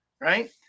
Right